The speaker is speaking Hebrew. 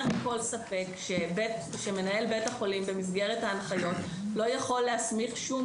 מכל ספק שמנהל בית החולים במסגרת ההנחיות לא יכול להסמיך שום